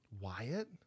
Wyatt